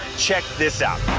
check this out.